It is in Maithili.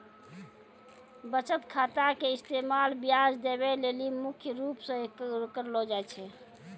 बचत खाता के इस्तेमाल ब्याज देवै लेली मुख्य रूप से करलो जाय छै